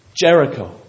Jericho